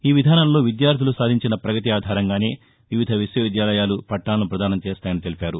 ఈ విధానంలో విద్యార్థులు సాధించిన ప్రగతి ఆధారంగానే వివిధ విశ్వవిద్యాలు పట్టాలను ప్రధానం చేస్తాయని తెలిపారు